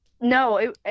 no